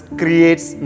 creates